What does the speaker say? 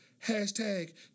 Hashtag